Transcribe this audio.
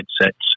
headsets